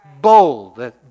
Bold